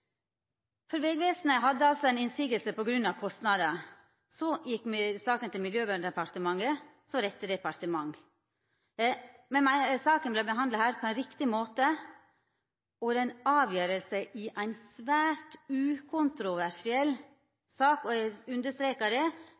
for. Vegvesenet hadde ei innvending på grunn av kostnader. Så gjekk saka til Miljøverndepartementet som rette departement. Me meiner saka der vart behandla på riktig måte. Det er ei avgjersle i ei svært ukontroversiell sak. Eg understrekar det,